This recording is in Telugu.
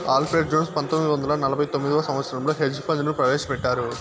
అల్ఫ్రెడ్ జోన్స్ పంతొమ్మిది వందల నలభై తొమ్మిదవ సంవచ్చరంలో హెడ్జ్ ఫండ్ ను ప్రవేశపెట్టారు